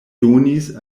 donis